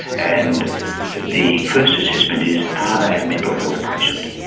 and the first assessment is are they a mental health patient?